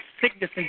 sickness